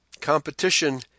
competition